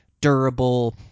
durable